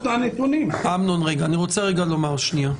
אמנון, אני רוצה לומר משהו.